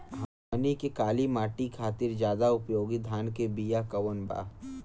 हमनी के काली माटी खातिर ज्यादा उपयोगी धान के बिया कवन बा?